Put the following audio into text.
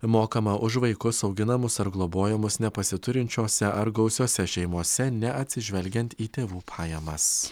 mokama už vaikus auginamus ar globojamus nepasiturinčiose ar gausiose šeimose neatsižvelgiant į tėvų pajamas